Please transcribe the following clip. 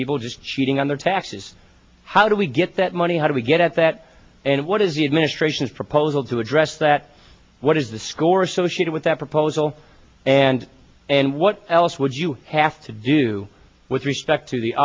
people just cheating on their taxes how do we get that money how do we get at that and what is the administration's proposal to address that what is the score associated with that proposal and and what else would you have to do with respect to the